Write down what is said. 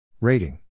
Rating